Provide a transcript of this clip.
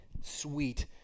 sweet